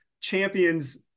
champions